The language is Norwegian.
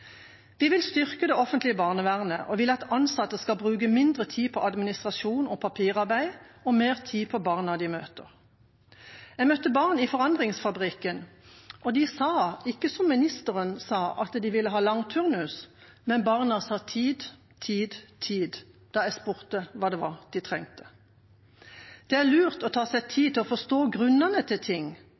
Vi vil styrke det offentlige barnevernet og vil at ansatte skal bruke mindre tid på administrasjon og papirarbeid og mer tid på barna de møter. Jeg møtte barn i Forandringsfabrikken, og de sa ikke som ministeren sa, at de ville ha lang turnus. Barna sa tid, tid, tid da jeg spurte hva det var de trengte. «Det er lurt å ta seg tid til å forstå grunnene til ting»